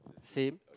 same